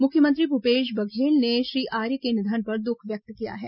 मुख्यमंत्री भूपेश बघेल ने श्री आर्य के निधन पर दुख व्यक्त किया है